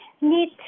need